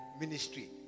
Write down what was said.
ministry